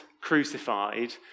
crucified